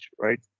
right